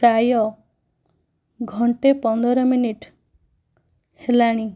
ପ୍ରାୟ ଘଣ୍ଟାଏ ପନ୍ଦର ମିନିଟ୍ ହେଲାଣି